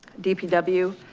dpw.